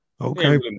Okay